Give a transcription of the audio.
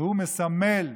והוא מסמל,